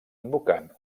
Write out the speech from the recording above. invocant